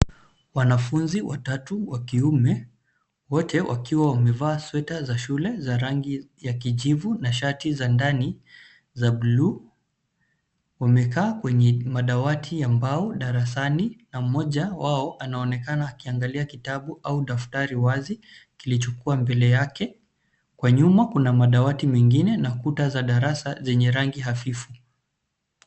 Wanafunzi watatu wa kiume, wote wakiwa wamevaa sweta za shule za rangi ya kijivu na shati za ndani za bluu, wamekaa kwenye madawati ya mbao darasani, na mmoja wao anaonekana akiangalia kitabu au daftari wazi kilichokua mbele yake. Kwa nyuma kuna madawati mengine na kuta za darasa zenye rangi hafifu.